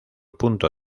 punto